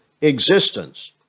existence